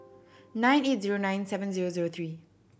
nine eight zero nine seven zero zero three